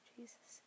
Jesus